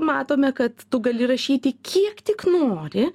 matome kad tu gali rašyti kiek tik nori